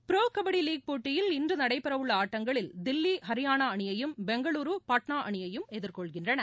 pro kabaddi league போட்டியில் இன்று நடைபெறவுள்ள ஆட்டங்களில் தில்லி ஹரியானா அணியையும் பெங்களுரு பட்னா அணியையும் எதிர்கொள்கின்றன